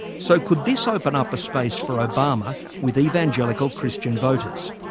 so, could this open up a space for obama with evangelical christian voters?